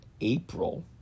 April